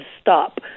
stop